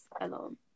alone